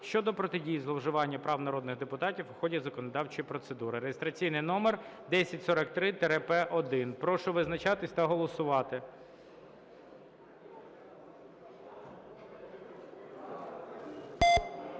щодо протидії зловживанням прав народних депутатів у ході законодавчої процедури" (реєстраційний номер 1043-П1). Прошу визначатись та голосувати.